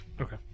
Okay